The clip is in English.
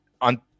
on